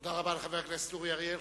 תודה רבה לחבר הכנסת אורי אריאל.